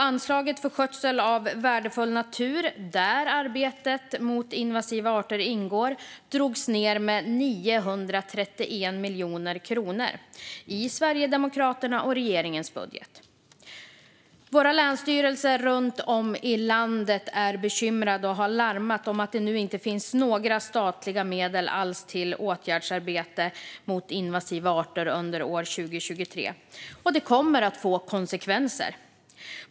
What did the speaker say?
Anslaget för skötsel av värdefull natur, där arbetet mot invasiva arter ingår, drogs ned med 931 miljoner kronor i Sverigedemokraternas och regeringens budget. Våra länsstyrelser runt om i landet är bekymrade och har larmat om att det nu inte finns några statliga medel alls till åtgärdsarbete mot invasiva arter under 2023, och det kommer att få konsekvenser.